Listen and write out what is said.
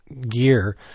Gear